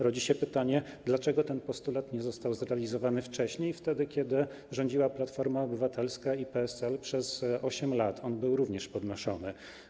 Rodzi się pytanie: Dlaczego ten postulat nie został zrealizowany wcześniej, kiedy rządziły Platforma Obywatelska i PSL przez 8 lat, wtedy on był również podnoszony?